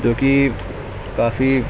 جوکہ کافی